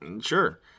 Sure